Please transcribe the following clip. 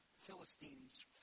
Philistines